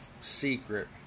secret